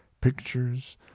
pictures